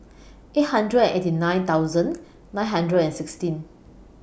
eight hundred and eighty nine thousand nine hundred and sixteen